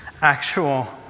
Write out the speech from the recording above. actual